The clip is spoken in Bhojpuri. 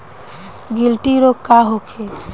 गिल्टी रोग का होखे?